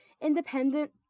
independent